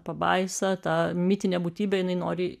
pabaisa ta mitinė būtybė jinai nori